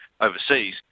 overseas